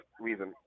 reason